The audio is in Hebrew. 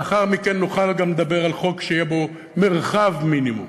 לאחר מכן נוכל לדבר גם על חוק שיהיה בו מרחב מינימום.